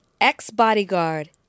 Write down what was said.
ex-bodyguard